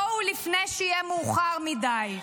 בואו לפני שיהיה מאוחר מדי.